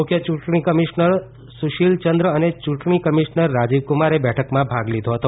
મુખ્ય ચૂંટણી કમિશ્નર સુશીલ ચંન્દ્ર અને ચૂંટણી કમિશ્નર રાજીવ કુમારે બેઠકમાં ભાગ લીધો હતો